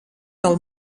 del